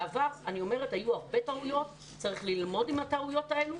בעבר היו הרבה טעויות וצריך ללמוד מהטעויות האלה.